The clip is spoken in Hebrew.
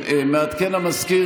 מעדכן המזכיר,